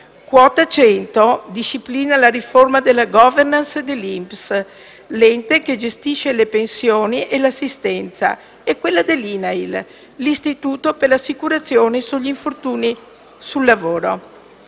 Quota 100 disciplina la riforma della *governance* dell'INPS, l'ente che gestisce le pensioni e l'assistenza, e quella dell'INAIL, l'Istituto nazionale assicurazione infortuni sul lavoro.